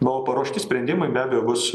na o paruošti sprendimai be abejo bus